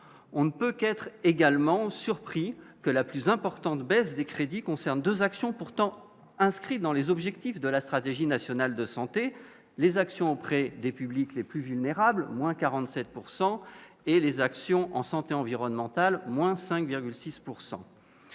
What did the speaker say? on ne peut qu'être également surpris que la plus importante baisse des crédits concerne 2 actions pourtant inscrit dans les objectifs de la stratégie nationale de santé, les actions auprès des publics les plus vulnérables au moins 47 pourcent et les actions en santé environnementale, moins 5,6